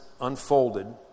unfolded